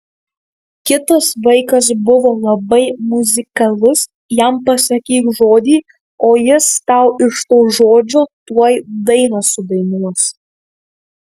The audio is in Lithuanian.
kitas vaikas buvo labai muzikalus jam pasakyk žodį o jis tau iš to žodžio tuoj dainą sudainuos